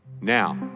now